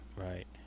Right